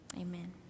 Amen